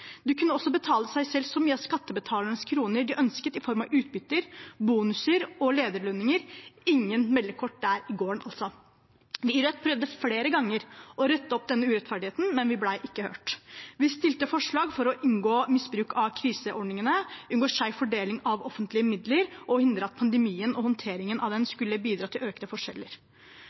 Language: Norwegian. kunne også betale seg selv så mye av skattebetalernes kroner de ønsket, i form av utbytter, bonuser og lederlønninger – ingen meldekort der i gården. Vi i Rødt prøvde flere ganger å rette opp denne urettferdigheten, men vi ble ikke hørt. Vi stilte forslag for å unngå misbruk av kriseordningene, unngå skjev fordeling av offentlige midler og hindre at pandemien og håndteringen av den skulle bidra til økte forskjeller.